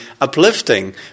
uplifting